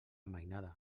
mainada